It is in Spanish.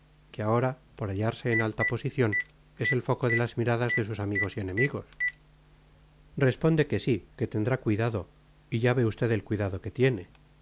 que ahora por hallarse en alta posición es el foco de las miradas de sus amigos y enemigos responde que sí que tendrá cuidado y ya ve usted el cuidado que tiene